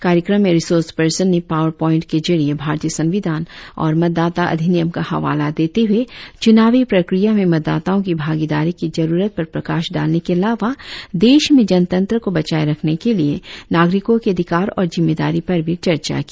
कार्यक्रम में resource person ने पावर प्वांइंट के जरिए भारतीय संवीधान और मतदाता अधिनियम का हवाला देते हुए चुनावी प्रक्रिया में मतदाताओ की भागीदारी की जरुरत पर प्रकाश डालने के अलावा देश में जनतंत्र को बचाए रखने के लिए नागरिकों के अधिकार और जिम्मेदारी पर भी चर्चा की